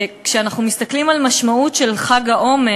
כשאנחנו מסתכלים על המשמעות של חג העומר,